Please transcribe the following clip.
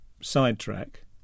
sidetrack